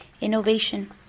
innovation